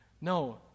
No